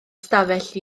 stafell